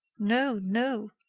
no, no.